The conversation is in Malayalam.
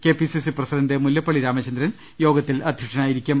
KPCC president Mullappally Ramachandran യോഗത്തിൽ അധ്യക്ഷനായിരിക്കും